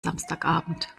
samstagabend